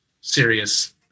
serious